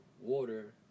water